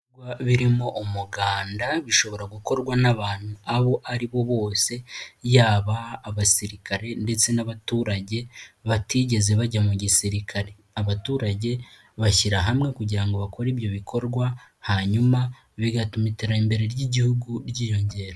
Ibikorwa birimo umuganda bishobora gukorwa n'abantu abo ari bo bose, yaba abasirikare ndetse n'abaturage batigeze bajya mu gisirikare. Abaturage bashyira hamwe kugira ngo bakore ibyo bikorwa hanyuma bigatuma iterambere ry'igihugu ryiyongera.